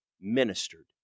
ministered